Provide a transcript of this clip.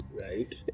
Right